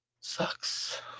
Sucks